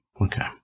Okay